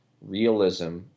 realism